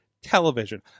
television